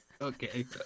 okay